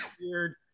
weird